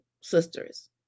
sisters